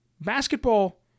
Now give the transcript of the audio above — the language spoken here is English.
basketball